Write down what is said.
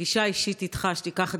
לפגישה אישית איתך, שתיקח דקה,